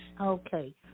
Okay